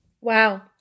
Wow